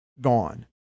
gone